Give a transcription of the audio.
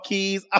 Keys